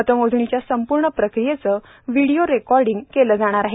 मतमोजणीच्या संपूर्ण प्रक्रियेचं व्हिडीओ रेकॉर्डिंग केलं जाणार आहे